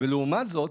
לעומת זאת,